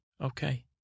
Okay